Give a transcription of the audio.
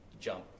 jump